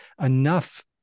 enough